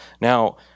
Now